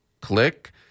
click